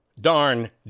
darn